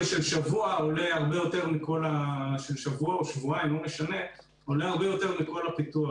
של שבוע או שבועיים עולה הרבה יותר מכל הפיתוח.